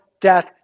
death